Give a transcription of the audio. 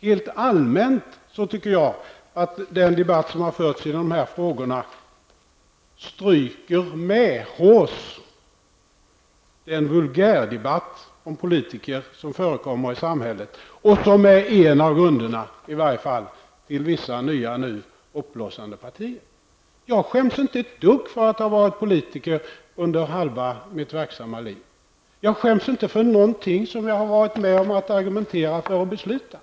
Helt allmänt tycker jag att den debatt som har förts i dessa frågor stryker den vulgärdebatt medhårs som för närvarande förekommer i samhället angående politiker. Denna debatt är en av orsakerna till i varje fall vissa nya uppblossande partier. Jag skäms inte ett dugg för att ha varit politiker under halva mitt verksamma liv. Jag skäms inte för någonting som jag har varit med om att argumentera för och besluta om.